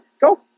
Go